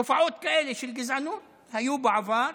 תופעות כאלה של גזענות היו בעבר,